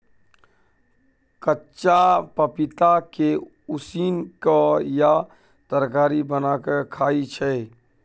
कचका पपीता के उसिन केँ या तरकारी बना केँ खाइ छै